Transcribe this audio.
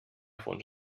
fons